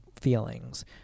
feelings